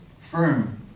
firm